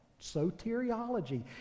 soteriology